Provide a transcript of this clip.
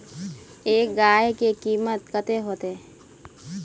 एक गाय के कीमत कते होते?